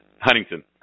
Huntington